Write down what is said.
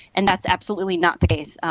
and that's absolutely not the case.